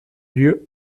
lieu